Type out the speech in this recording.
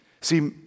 See